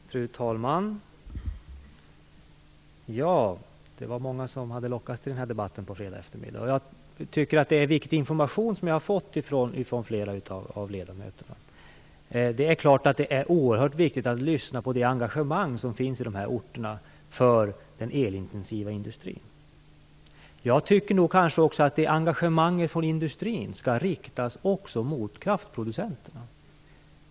Fru talman! Det är många som har lockats till denna debatt på fredagseftermiddagen. Det är viktig information som jag har fått från flera av ledamöterna. Det är klart att det är oerhört viktigt att lyssna på det engagemang som finns på de nämnda orterna för den elintensiva industrin. Men jag tycker nog att engagemanget från industrin också skall riktas mot kraftproducenterna.